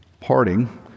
parting